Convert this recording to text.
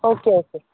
okay okay